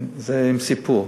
זה עם סיפור: